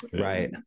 right